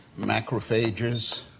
macrophages